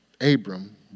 Abram